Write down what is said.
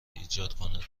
ایجاد